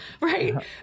right